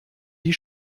die